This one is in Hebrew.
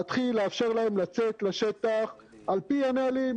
להתחיל לאפשר להם לצאת לשטח על פי הנהלים,